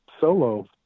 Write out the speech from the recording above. solo